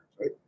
right